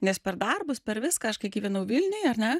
nes per darbus per viską aš kai gyvenau vilniuj ar ne